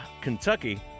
Kentucky